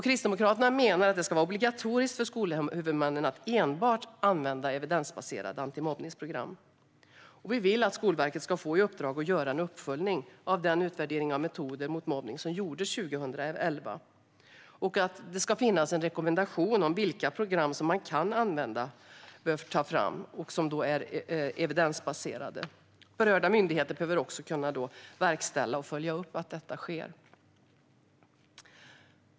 Kristdemokraterna menar att det ska vara obligatoriskt för skolhuvudmännen att enbart använda evidensbaserade antimobbningsprogram. Vi vill därför att Skolverket ska få i uppdrag att göra en uppföljning av den utvärdering av metoder mot mobbning som gjordes 2011. En rekommendation om vilka evidensbaserade program man kan använda bör tas fram. Berörda myndigheter behöver också kunna verkställa och följa upp att detta sker.